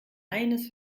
eines